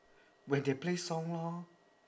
when they play song lor